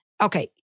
Okay